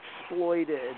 exploited